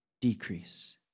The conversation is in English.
decrease